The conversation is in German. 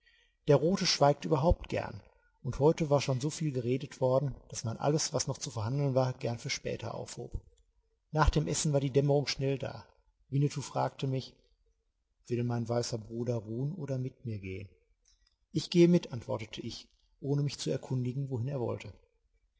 der rote schweigt überhaupt gern und heute war schon so viel geredet worden daß man alles was noch zu verhandeln war gern für später aufhob nach dem essen war die dämmerung schnell da winnetou fragte mich will mein weißer bruder ruhen oder mit mir gehen ich gehe mit antwortete ich ohne mich zu erkundigen wohin er wollte